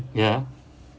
ya